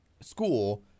school